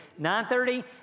9.30